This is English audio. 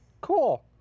Cool